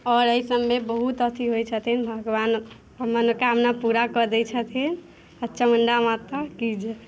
आओर एहि सभमे बहुत अथी होइत छथिन भगवान मनोकामना पूरा कर दय छथिन आ चामुण्डा माता की जय